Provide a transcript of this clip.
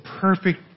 perfect